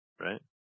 Right